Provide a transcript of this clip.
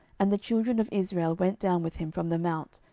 and the children of israel went down with him from the mount,